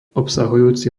obsahujúci